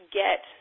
get